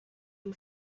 and